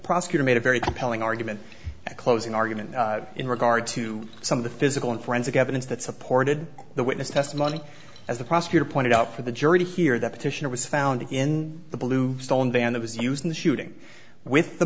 prosecutor made a very compelling argument a closing argument in regard to some of the physical and forensic evidence that supported the witness testimony as the prosecutor pointed out for the jury to hear that petitioner was found in the blue stone van that was used in the shooting with the